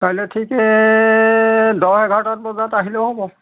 কাইলৈ ঠিকে দহ এঘাৰটামান বজাত আহিলেও হ'ব